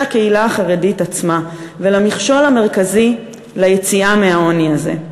הקהילה החרדית עצמה ולמכשול המרכזי ליציאה מהעוני הזה.